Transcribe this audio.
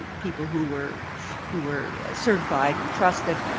people who were who were certified and trusted,